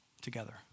together